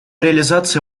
реализация